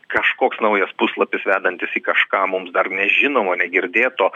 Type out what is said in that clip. kažkoks naujas puslapis vedantis į kažką mums dar nežinomo negirdėto